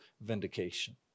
vindication